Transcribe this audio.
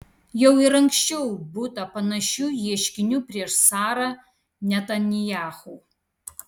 jau ir anksčiau būta panašių ieškinių prieš sara netanyahu